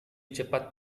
cepat